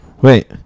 wait